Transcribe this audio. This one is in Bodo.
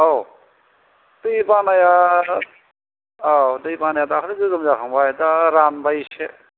औ दै बानाया औ दै बानाया दाखालि गोगोम जाखांबाय दा रानबाय एसे